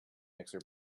mixer